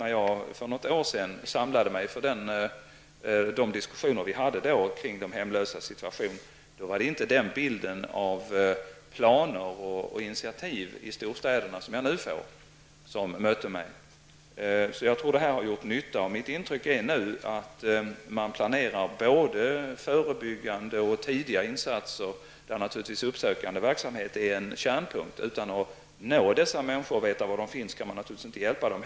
När jag för något år sedan samlade mig inför de diskussioner vi då förde om de hemlösas situation, var det inte den bild av planer och initiativ i storstäderna som jag nu ser som mötte mig. Denna debatt har gjort nytta. Mitt intryck är nu att man planerar både förebyggande och tidigare insatser, där naturligtvis uppsökande verksamhet är en kärnpunkt. Utan att nå dessa människor och veta var de finns kan man heller inte hjälpa dem.